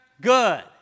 good